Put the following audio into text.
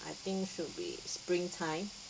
I think should be spring time